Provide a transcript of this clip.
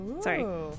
Sorry